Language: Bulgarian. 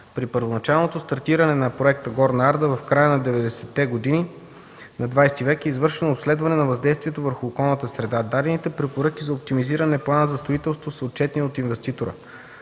При първоначалното стартиране на проекта „Горна Арда” в края на 90-те години на ХХ век е извършено обследване на въздействието върху околната среда. Дадените препоръки за оптимизиране плана за строителство са отчетени от инвеститора.